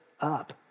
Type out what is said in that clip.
up